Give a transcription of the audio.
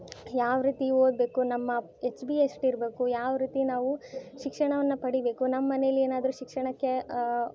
ಯಾವರೀತಿ ಓದಬೇಕು ನಮ್ಮ ಎಚ್ ಬಿ ಎಷ್ಟಿರಬೇಕು ಯಾವರೀತಿ ನಾವು ಶಿಕ್ಷಣವನ್ನು ಪಡೀಬೇಕು ನಮ್ಮಮನೆಯಲ್ಲಿ ಏನಾದರೂ ಶಿಕ್ಷಣಕ್ಕೆ